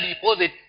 deposit